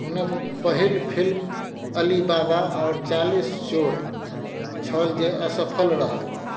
हुनक पहिल फिल्म अलीबाबा आओर चालिस चोर छल जे असफल रहल